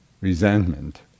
resentment